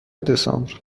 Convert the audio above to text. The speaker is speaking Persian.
دسامبر